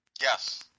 Yes